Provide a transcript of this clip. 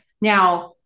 Now